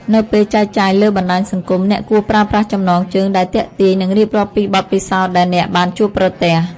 នៅពេលចែកចាយលើបណ្ដាញសង្គម អ្នកគួរប្រើប្រាស់ចំណងជើងដែលទាក់ទាញ និងរៀបរាប់ពីបទពិសោធន៍ដែលអ្នកបានជួបប្រទះ។